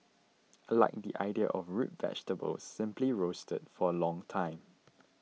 I like the idea of root vegetables simply roasted for a long time